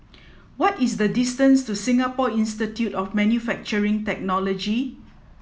what is the distance to Singapore Institute of Manufacturing Technology